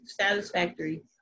satisfactory